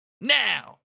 now